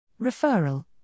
Referral